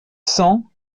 cent